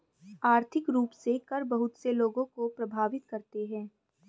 आर्थिक रूप से कर बहुत से लोगों को प्राभावित करते हैं